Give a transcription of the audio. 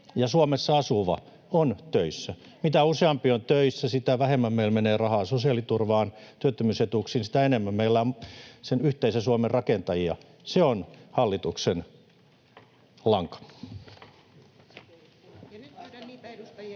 Suomessa asuva on töissä. Mitä useampi on töissä, sitä vähemmän meillä menee rahaa sosiaaliturvaan ja työttömyysetuuksiin, ja sitä enemmän meillä on sen yhteisen Suomen rakentajia. Se on hallituksen lanka.